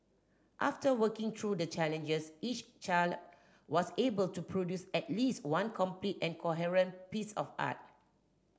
after working through the challenges each child was able to produce at least one complete and coherent piece of art